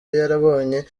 yarabonye